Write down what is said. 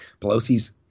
Pelosi's